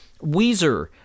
Weezer